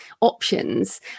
options